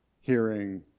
hearing